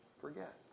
forget